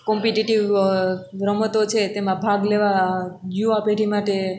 competitive રમતો છે તેમાં ભાગ લેવા યુવા પેઢી માટે